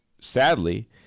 Sadly